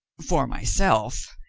for myself,